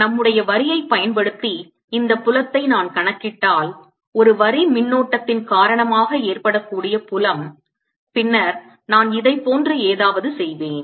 நம்முடைய வரியைப் பயன்படுத்தி இந்த புலத்தை நான் கணக்கிட்டால் ஒரு வரி மின்னோட்டத்தின் காரணமாக ஏற்படக்கூடிய புலம் பின்னர் நான் இதைப் போன்று ஏதாவது செய்வேன்